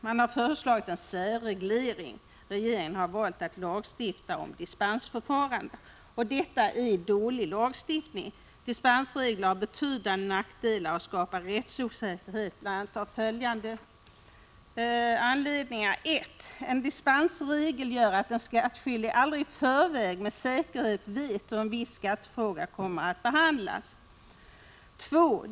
Man har föreslagit en särreglering — regeringen har valt att lagstifta om ett dispensförfarande. Detta är dålig lagstiftning. Dispensregler har betydande nackdelar och skapar rättsosäkerhet bl.a. av följande anledningar: 1. En dispensregel gör att den skattskyldige aldrig i förväg med säkerhet vet hur en viss skattefråga kommer att behandlas.